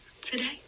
today